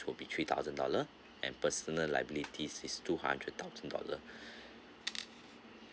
will be three thousand dollar and personal liabilities is two hundred thousand dollar